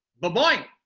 baboing!